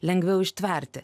lengviau ištverti